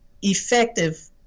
effective